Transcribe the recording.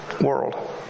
world